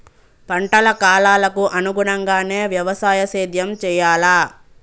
పంటల కాలాలకు అనుగుణంగానే వ్యవసాయ సేద్యం చెయ్యాలా?